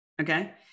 okay